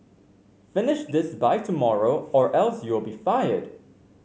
finish this by tomorrow or else you'll be fired